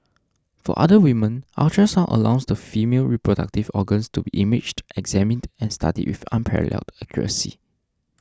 for other women ultrasound allows the female reproductive organs to be imaged examined and studied with unparalleled accuracy